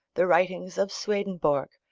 the writings of swedenborg,